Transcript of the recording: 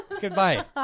Goodbye